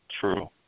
true